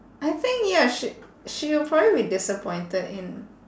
I think ya she she'll probably be disappointed in